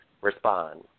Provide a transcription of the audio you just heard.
respond